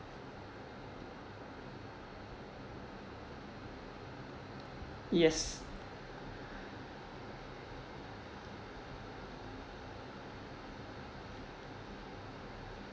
yes